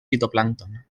fitoplàncton